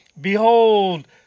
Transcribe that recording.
Behold